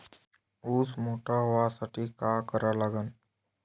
ऊस लवकर मोठा व्हासाठी का करा लागन?